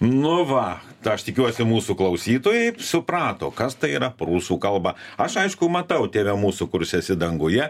nu va tai aš tikiuosi mūsų klausytojai suprato kas tai yra prūsų kalba aš aišku matau tėve mūsų kurs esi danguje